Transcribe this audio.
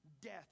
death